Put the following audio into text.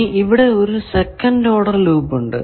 ഇനി ഇവിടെ ഒരു സെക്കന്റ് ഓർഡർ ലൂപ്പ് ഉണ്ട്